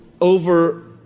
over